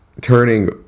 turning